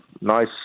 nice